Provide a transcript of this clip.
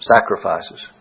Sacrifices